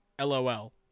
LOL